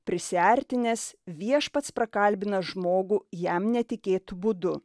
prisiartinęs viešpats prakalbina žmogų jam netikėtu būdu